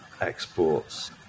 exports